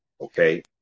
okay